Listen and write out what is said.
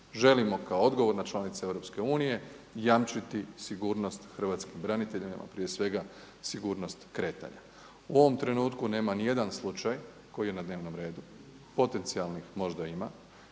Želimo kao odgovorna članica EU jamčiti sigurnost hrvatskim braniteljima, prije svega sigurnost kretanja. U ovom trenutku nema nijedan slučaj koji je na dnevnom redu. Potencijalnih možda ima